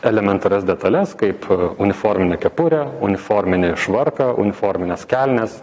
elementarias detales kaip uniforminę kepurę uniforminį švarką uniformines kelnes